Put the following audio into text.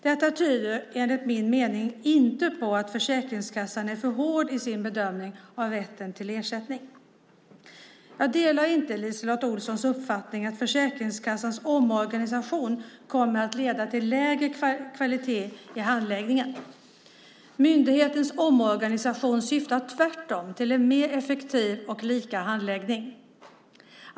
Detta tyder enligt min mening inte på att Försäkringskassan är för hård i sin bedömning av rätten till ersättning. Jag delar inte LiseLotte Olssons uppfattning att Försäkringskassans omorganisation kommer att leda till lägre kvalitet i handläggningen. Myndighetens omorganisation syftar tvärtom till en mer effektiv och lika handläggning.